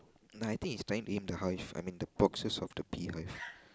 nah I think he's planning to aim the hive I mean the boxes of the beehive